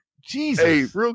Jesus